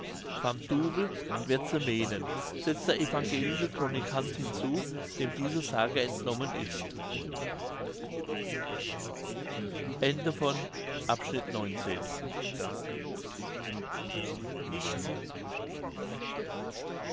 se menen setzt der evangelische chronikant hinzu dem diese sage entnommen ist